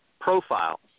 profile